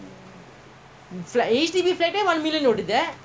அதுவேணும்இதுவேணும்காடிவேணும்:adhu vaenum idhu vaenum gaadi vaenum